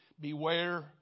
Beware